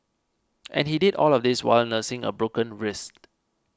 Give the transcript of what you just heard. and he did all of this while nursing a broken wrist